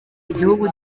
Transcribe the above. igihugu